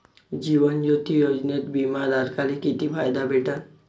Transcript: जीवन ज्योती योजनेत बिमा धारकाले किती फायदा भेटन?